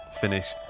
finished